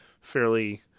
fairly